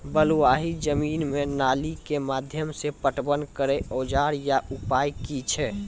बलूआही जमीन मे नाली के माध्यम से पटवन करै औजार या उपाय की छै?